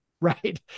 right